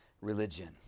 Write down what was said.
religion